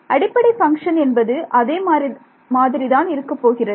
அடிப்படை பங்க்ஷன் என்பது அதே மாதிரி தான் இருக்க போகிறது